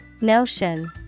Notion